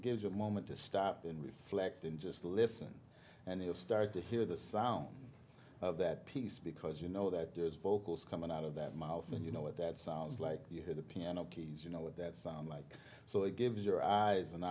it gives you a moment to stop and reflect in just listen and hear start to hear the sound of that piece because you know that just vocals coming out of that mouth and you know what that sounds like you hear the piano keys you know what that sound like so it gives your eyes an